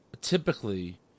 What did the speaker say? Typically